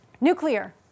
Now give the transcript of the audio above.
Nuclear